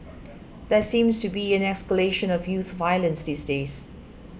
there seems to be an escalation of youth violence these days